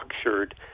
structured